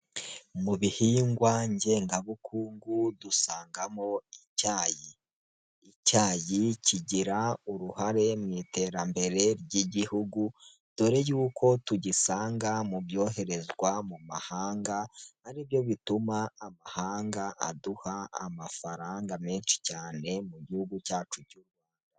M bihingwa ngengabukungu dusangamo icyayi, icyayi kigira uruhare mu iterambere ry'Igihugu dore y'uko tugisanga mu byoherezwa mu mahanga ari byo bituma amahanga aduha amafaranga menshi cyane mu gihugu cyacu.